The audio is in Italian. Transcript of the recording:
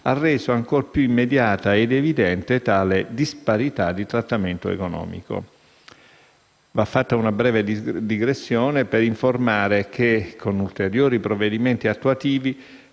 ha reso ancora più immediata ed evidente tale disparità di trattamento economico. Va fatta una breve digressione per informare che, con ulteriori provvedimenti attuativi,